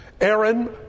Aaron